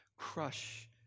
Crush